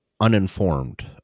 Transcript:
uninformed